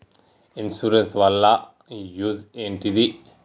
Insurance వాళ్ల use ఏంటిది?